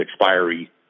expiry